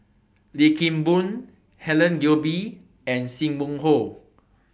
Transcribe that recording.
Lim Kim Boon Helen Gilbey and SIM Wong Hoo